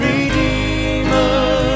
Redeemer